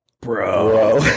bro